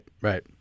right